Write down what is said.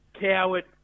coward